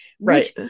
Right